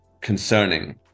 concerning